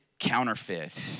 counterfeit